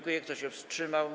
Kto się wstrzymał?